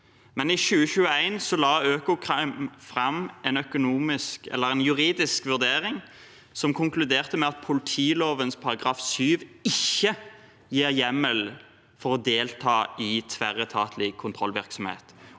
i 2021 la Økokrim fram en juridisk vurdering som konkluderte med at politiloven § 7 ikke gir hjemmel for å delta i tverretatlig kontrollvirksomhet,